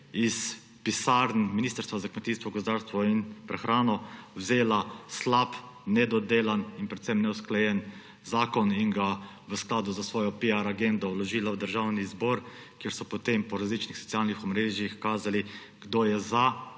iz pisarn Ministrstva za kmetijstvo, gozdarstvo in prehrano vzela slab, nedodelan in predvsem neusklajen zakon in ga v skladu s svojo piar agendo vložila v Državni zbor, kjer so potem po različnih socialnih omrežjih kazali, kdo je za